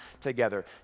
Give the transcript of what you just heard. together